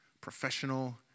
professional